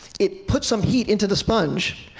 it puts some heat into the sponge.